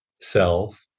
self